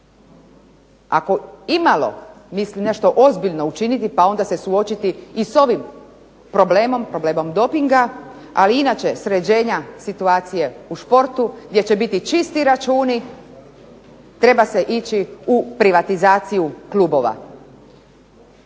ako imalo misli nešto ozbiljno učiniti pa onda se suočiti i s ovim problemom, problemom dopinga, ali inače sređenja situacije u športu gdje će biti čisti računi treba se ići u privatizaciju klubova.